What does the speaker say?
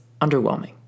underwhelming